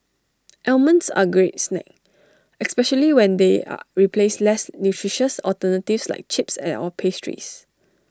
almonds are A great snack especially when they are replace less nutritious alternatives like chips or pastries